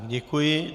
Děkuji.